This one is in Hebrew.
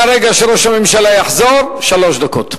מהרגע שראש הממשלה יחזור, שלוש דקות.